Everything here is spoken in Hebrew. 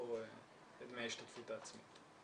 מכספו את דמי ההשתתפות העצמית.